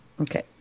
Okay